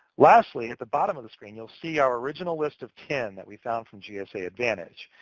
lastly, at the bottom of the screen, you'll see our original list of ten that we found from gsa advantage.